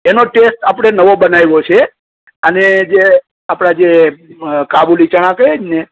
એનો ટેસ્ટ આપણે નવો બનાવ્યો છે અને જે આપડા જે કાબૂલી ચણા કહીએ છે ને